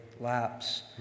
lapse